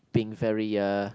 being very uh